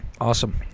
Awesome